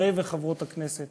לחברי וחברות הכנסת